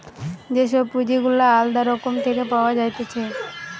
যে সব পুঁজি গুলা আলদা রকম থেকে পাওয়া যাইতেছে